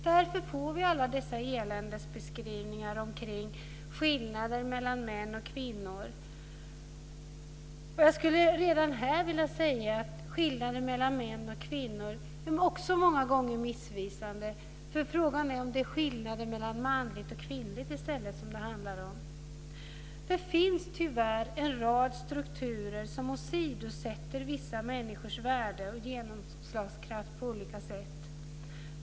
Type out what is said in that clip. Därför får vi alla dessa eländesbeskrivningar omkring skillnaden mellan män och kvinnor. Jag skulle redan här vilja säga att skillnaden mellan män och kvinnor också många gånger är missvisande. Frågan är om det är inte är skillnaden mellan manligt och kvinnligt som det handlar om. Det finns tyvärr en rad strukturer som åsidosätter vissa människors värde och genomslagskraft på olika sätt.